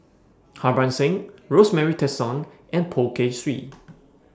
Harbans Singh Rosemary Tessensohn and Poh Kay Swee